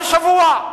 כל שבוע,